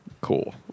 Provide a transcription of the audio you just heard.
cool